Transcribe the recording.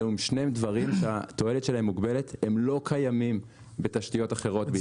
אלה שני דברים שהתועלת שלהם מוגבלת והם לא קיימים בתשתיות אחרות.